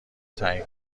تعیین